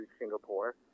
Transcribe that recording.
Singapore